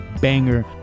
banger